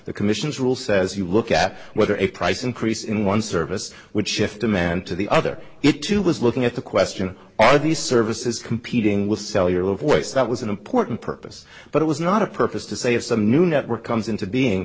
the commissions rule says you look at whether a price increase in one service would shift demand to the other it too was looking at the question are these services competing with cellular voice that was an important purpose but it was not a purpose to say of some new network comes into being